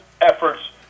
efforts